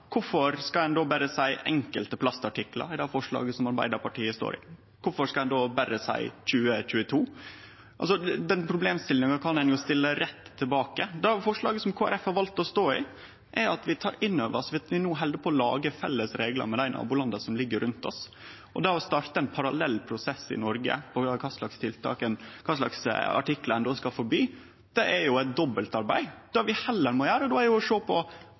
berre seie «enkelte plastartikler» i det forslaget som Arbeidarpartiet står i? Kvifor skal ein då berre seie 2022? Den problemstillinga kan ein jo stille rett tilbake. Det forslaget som Kristeleg Folkeparti har valt å stå i, er at vi tek inn over oss at vi no held på å lage felles reglar med nabolanda rundt oss, og det å starte ein parallell prosess i Noreg om kva slags artiklar ein då skal forby, er eit dobbeltarbeid. Det vi heller må gjere, er å sjå på